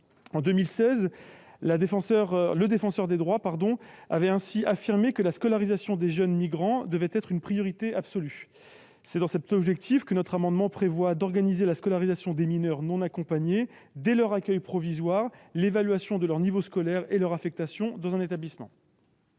En 2016, le Défenseur des droits avait ainsi affirmé que la scolarisation des jeunes migrants devait être une priorité absolue. C'est pour atteindre cet objectif que notre amendement prévoit d'organiser la scolarisation des mineurs non accompagnés, avec, dès leur accueil provisoire, l'évaluation de leur niveau scolaire et leur affectation dans un établissement.